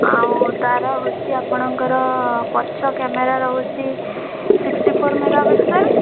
ଆଉ ତାର ହେଉଛି ଆପଣଙ୍କର ପଛ କ୍ୟାମେରା ରହୁଛି ସିକ୍ସଟି ଫୋର୍ ମେଗା ପିକ୍ସେଲ୍